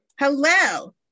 Hello